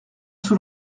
sous